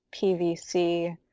PVC